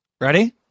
Ready